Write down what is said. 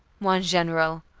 mon general,